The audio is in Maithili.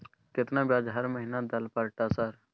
केतना ब्याज हर महीना दल पर ट सर?